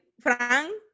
Frank